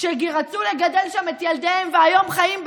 שרצו לגדל שם את ילדיהם והיום חיים בפחד,